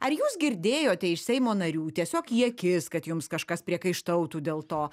ar jūs girdėjote iš seimo narių tiesiog į akis kad jums kažkas priekaištautų dėl to